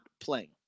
playing